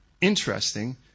Interesting